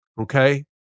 Okay